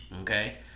Okay